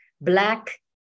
black